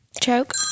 Choke